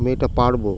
আমি এটা পারব